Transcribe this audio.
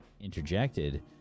interjected